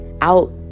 out